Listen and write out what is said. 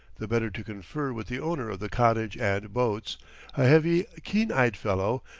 the better to confer with the owner of the cottage and boats a heavy, keen-eyed fellow,